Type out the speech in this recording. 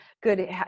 good